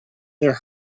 their